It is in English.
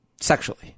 sexually